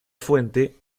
fuente